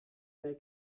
mehr